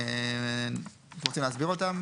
אוצר, אתם רוצים להסביר אותם,